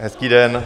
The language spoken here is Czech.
Hezký den.